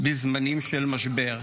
בזמנים של משבר.